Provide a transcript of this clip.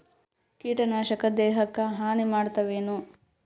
ಕೀಟನಾಶಕ ದೇಹಕ್ಕ ಹಾನಿ ಮಾಡತವೇನು?